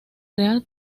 real